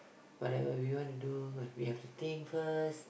whatever we wanna to do we have to think first